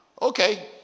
Okay